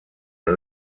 out